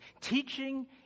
teaching